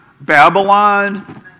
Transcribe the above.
Babylon